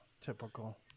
Typical